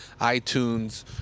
itunes